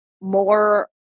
more